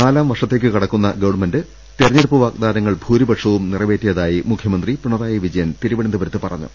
നാലാം വർഷ ത്തിലേക്ക് കടക്കുന്ന ഗവൺമെന്റ് തെരഞ്ഞെടുപ്പ് വാഗ്ദാനങ്ങൾ ഭൂരിപ ക്ഷവും നിറവേറ്റിയതായി മുഖ്യമന്ത്രി പിണറായി വിജയൻ തിരുവനന്തപു രത്ത് പറഞ്ഞു